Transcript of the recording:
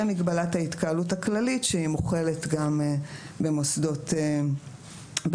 ומגבלת ההתקהלות הכללית שהיא מוחלת גם במוסדות חינוך.